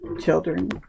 children